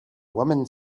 woman